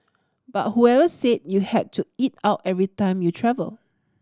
but whoever said you had to eat out every time you travel